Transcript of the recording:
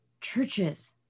churches